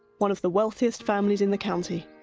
one of the wealthiest families in the county.